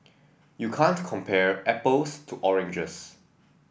you can't compare apples to oranges